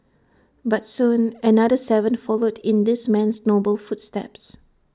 but soon another Seven followed in this man's noble footsteps